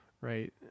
right